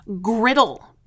griddle